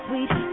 Sweet